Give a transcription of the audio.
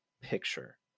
Picture